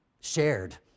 shared